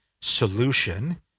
solution